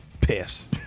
Piss